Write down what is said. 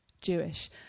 Jewish